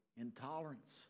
intolerance